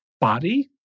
body